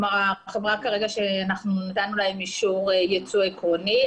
החברה שנתנו לה אישור יצוא עקרוני,